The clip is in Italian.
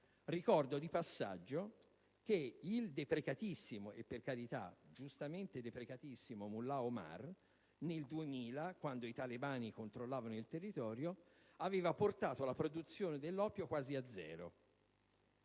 Ricordo di passaggio che il deprecatissimo - giustamente deprecatissimo - Mullah Omar, nel 2000, quando i talebani controllavano il territorio, aveva portato la produzione dell'oppio quasi a zero.